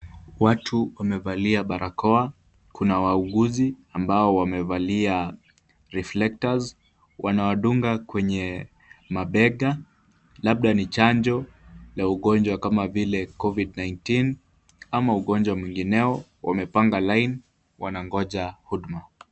Watu wamevalia barakoa . Kuna wauguzi ambao wamevalia reflectors . Wanawadunga kwenye mabega labda ni chanjo ya ugonjwa kama vile Covid-19 ama ugonjwa mwingineo. Wamepanga line wanangoja huduma.